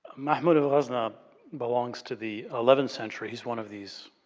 mahmud of ghazni um belongs to the eleventh century he's one of these